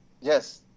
yes